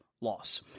loss